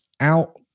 out